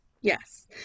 Yes